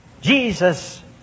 Jesus